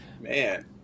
Man